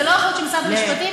זה לא אחריות של משרד המשפטים.